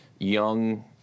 young